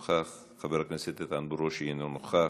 חבר הכנסת אחמד טיבי, אינו נוכח,